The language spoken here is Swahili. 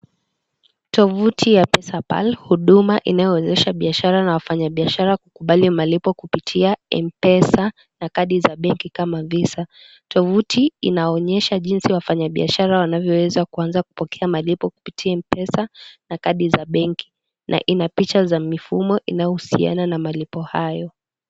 Tovuti ya PesaPal huduma inayowezesha biashara na wafanyabiashara kukubali malipo kupitia M-Pesa na kadi za benki kama visa. Tovuti inaonyesha jinsi wafanyabiashara wanavyoweza kupokea malipo kupitia M-Pesa na kadi za benki na picha za mifumo inayohusiana na malipo hayo.